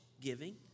giving